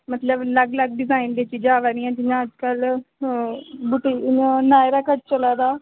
मतलब अलग अलग डजैन दिया चीज़ां आवा दियां जियां अज्जकल इ'यां न्यारा कट चला दा